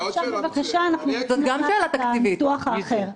עכשיו בבקשה אנחנו רוצים לדעת את הניתוח האחר.